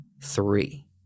Three